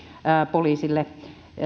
poliisille